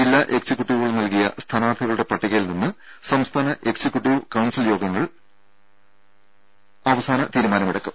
ജില്ലാ എക്സിക്യൂട്ടീവുകൾ നൽകിയ സ്ഥാനാർത്ഥികളുടെ പട്ടികയിൽ നിന്ന് സംസ്ഥാന എക്സിക്യൂട്ടീവ് കൌൺസിൽ യോഗങ്ങൾ പരിഗണിക്കുന്നത്